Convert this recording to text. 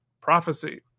prophecy